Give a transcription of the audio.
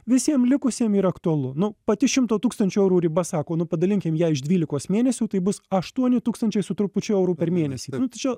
visiem likusiem ir aktualu nu pati šimto tūkstančių eurų riba sako nu padalinkim ją iš dvylikos mėnesių tai bus aštuoni tūkstančiai su trupučiu eurų per mėnesį nu tai čia